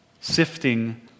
sifting